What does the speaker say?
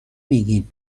میگین